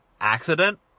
accident